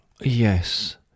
Yes